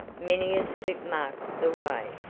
many a slip marked the way,